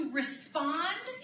respond